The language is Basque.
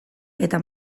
eta